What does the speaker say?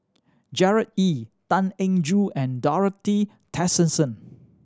Gerard Ee Tan Eng Joo and Dorothy Tessensohn